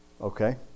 Okay